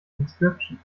transcription